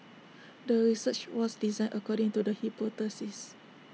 the research was designed according to the hypothesis